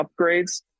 upgrades